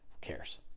cares